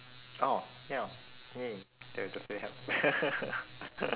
oh ya !yay! that would definitely help